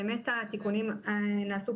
באמת התיקונים נעשו,